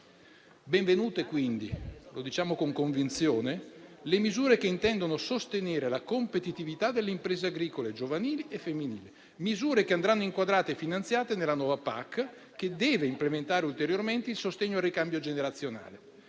Benvenute quindi - lo diciamo con convinzione - le misure che intendono sostenere la competitività delle imprese agricole giovanili e femminili, che andranno inquadrate e finanziate nella nuova politica agricola comune (PAC), che deve implementare ulteriormente il sostegno al ricambio generazionale.